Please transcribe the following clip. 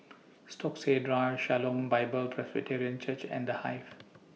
Stokesay Drive Shalom Bible Presbyterian Church and The Hive